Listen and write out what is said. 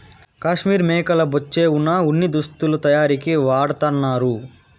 కాశ్మీర్ మేకల బొచ్చే వున ఉన్ని దుస్తులు తయారీకి వాడతన్నారు